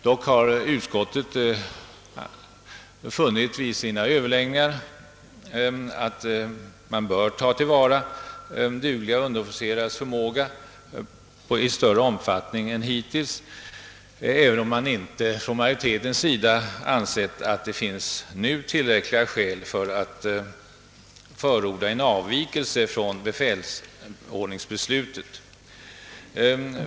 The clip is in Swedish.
Dock har utskottet vid sina överläggningar funnit att man bör ta till vara dugliga och erfarna underofficerares förmåga i större omfattning än hittills, även om majoriteten inte ansett att det nu föreligger tillräckliga skäl för att förorda en avvikelse från befälsordningsbeslutet.